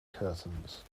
curtains